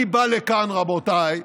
אני בא לכאן, רבותיי,